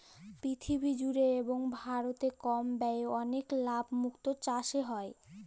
পীরথিবী জুড়ে এবং ভারতে কম ব্যয়ে অলেক লাভ মুক্ত চাসে হ্যয়ে